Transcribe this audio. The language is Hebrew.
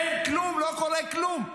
אין כלום, לא קורה כלום?